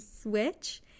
switch